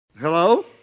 Hello